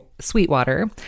Sweetwater